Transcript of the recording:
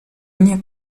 nie